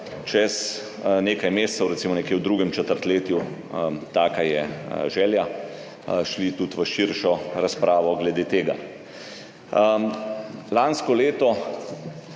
čez nekaj mesecev, recimo nekje v drugem četrtletju, taka je želja, šli tudi v širšo razpravo glede tega. Lansko leto